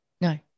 No